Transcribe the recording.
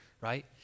right